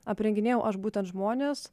aprenginėjau aš būtent žmones